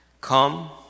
Come